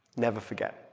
never forget,